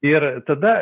ir tada